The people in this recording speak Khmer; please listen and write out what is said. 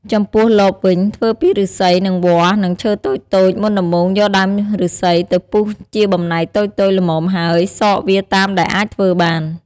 ចំំពោះលបវិញធ្វើពីឫស្សីនិងវល្លិ៍និងឈើតូចៗមុនដំបូងយកដើមឬស្សីទៅពុះជាបំណែកតូចៗល្នមហើយសកវាតាមដែលអាចធ្វើបាន។